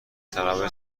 تنوع